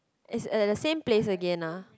is at the same place again ah